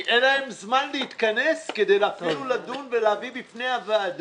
כי אין להם זמן להתכנס אפילו כדי לדון ולהביא בפני הוועדה,